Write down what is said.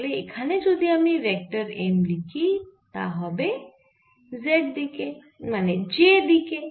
তাহলে এখানে যদি আমি ভেক্টর M লিখি তা হবে j দিকে